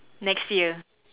next year